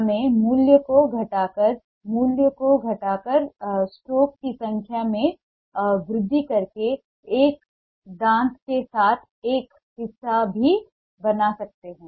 हम मूल्य को घटाकर मूल्य को घटाकर और स्ट्रोक की संख्या में वृद्धि करके एक दांत के साथ एक हिस्सा भी बना सकते हैं